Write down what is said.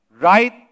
right